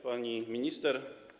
Pani Minister!